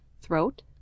throat